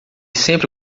sempre